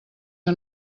que